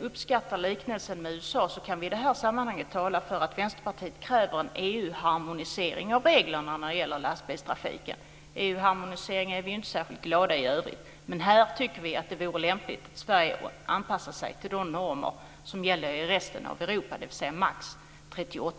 uppskattar liknelsen med USA kan vi i det här sammanhanget tala för att Vänsterpartiet kräver en EU-harmonisering av reglerna när det gäller lastbilstrafiken. EU-harmonisering är vi ju inte särskilt glada över i övrigt. Men här tycker vi att det vore lämpligt om Sverige anpassade sig till de normer som gäller i resten av Europa, dvs. max 38